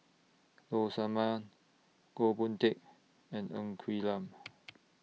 Low Sanmay Goh Boon Teck and Ng Quee Lam